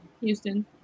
Houston